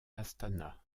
astana